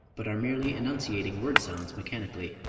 but are merely enunciating word-sounds mechanically.